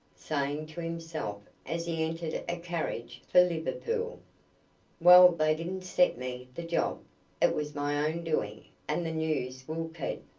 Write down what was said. saying to himself as he entered a carriage for liverpool well, they didn't set me the job. it was my own doing, and the news will keep.